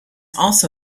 also